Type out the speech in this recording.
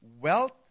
wealth